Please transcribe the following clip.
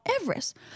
everest